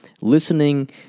listening